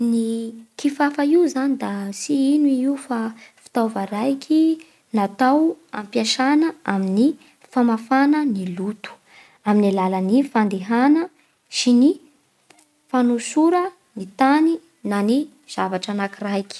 Ny kifafa io zany da tsy ino io fa fitaova raiky natao ampiasana amin'ny famafàna ny loto amin'ny alalan'ny fandehana sy ny fanosora ny tany na ny zavatra anakiraiky.